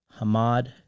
Hamad